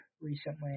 recently